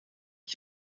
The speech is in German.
ich